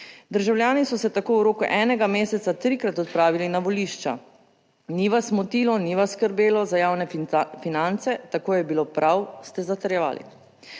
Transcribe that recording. Državljani so se tako v roku enega meseca trikrat odpravili na volišča. Ni vas motilo, ni vas skrbelo za javne finance, tako je bilo prav, ste zatrjevali.